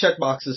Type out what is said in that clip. checkboxes